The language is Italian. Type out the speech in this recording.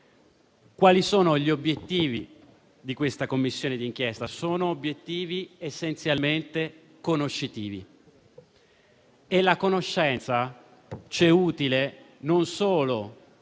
economico. Gli obiettivi di questa Commissione di inchiesta sono essenzialmente conoscitivi: la conoscenza ci è utile non solo per